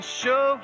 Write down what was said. show